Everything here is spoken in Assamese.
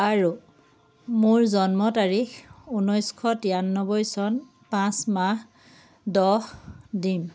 আৰু মোৰ জন্ম তাৰিখ ঊনৈছশ তিৰানব্বৈ চন পাঁচ মাহ দহ দিন